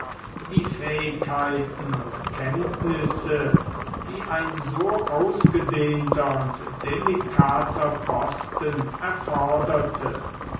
die fähigkeiten und kenntnisse die ein so ausgedehnter und delikater posten erforderte